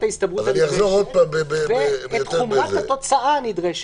ההסתברות הנדרשת ואת חומרת התוצאה הנדרשת.